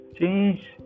change